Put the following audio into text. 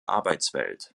arbeitswelt